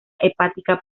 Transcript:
hepática